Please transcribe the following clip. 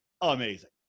amazing